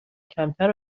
کمتر